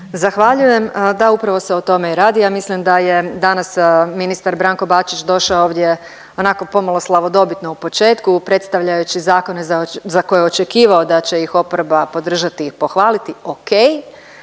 Zahvaljujem. Da upravo se o tome radi, ja mislim da je danas ministar Branko Bačić došao ovdje onako pomalo slavodobitno u početku predstavljajući zakone za koje je očekivao da će ih oporba podržati i pohvaliti.